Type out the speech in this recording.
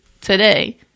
today